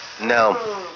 No